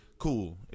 cool